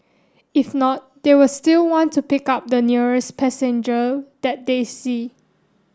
if not they will still want to pick up the nearest passenger that they see